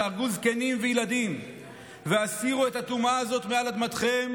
תהרגו זקנים וילדים והסירו את הטומאה הזאת מעל אדמתכם